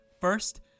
First